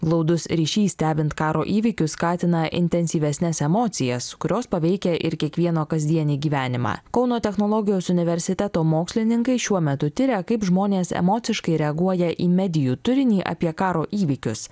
glaudus ryšys stebint karo įvykius skatina intensyvesnes emocijas kurios paveikia ir kiekvieno kasdienį gyvenimą kauno technologijos universiteto mokslininkai šiuo metu tiria kaip žmonės emociškai reaguoja į medijų turinį apie karo įvykius